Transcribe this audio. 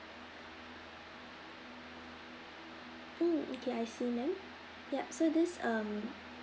mm okay I see ma'am ya this um